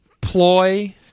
ploy